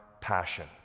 passion